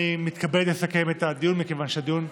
אני מתכבד לסכם את הדיון מכיוון שהדיון,